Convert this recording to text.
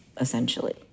essentially